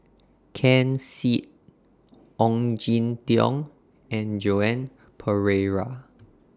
Ken Seet Ong Jin Teong and Joan Pereira